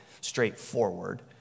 straightforward